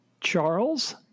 Charles